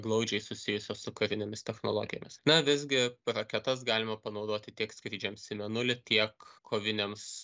glaudžiai susijusios su karinėmis technologijomis na visgi raketas galima panaudoti tiek skrydžiams į mėnulį tiek koviniams